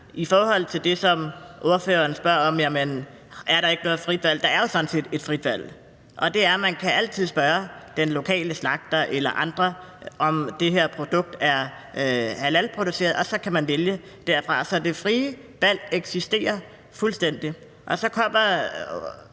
I forhold til det, som ordføreren spørger om, altså om der ikke er noget frit valg, vil jeg sige, at der jo sådan set er et frit valg. Det er, at man altid kan spørge den lokale slagter eller andre, om det her produkt er halalproduceret, og så kan man vælge det fra. Så det frie valg eksisterer fuldstændig. Og så kommer